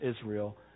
Israel